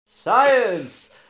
Science